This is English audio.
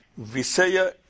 visaya